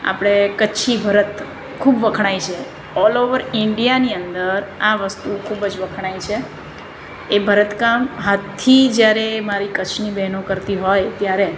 આપણે કચ્છી ભરત ખૂબ વખણાય છે ઓલ ઓવર ઈન્ડિયાની અંદર આ વસ્તુ ખૂબ જ વખણાય છે એ ભરત કામ હાથથી જ્યારે મારી કચ્છની બહેનો કરતી હોય ત્યારે